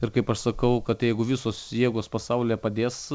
ir kaip aš sakau kad jeigu visos jėgos pasaulyje padės